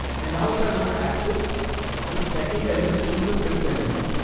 and now if i want to access the second element to the fifth element,